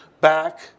back